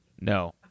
No